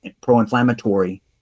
pro-inflammatory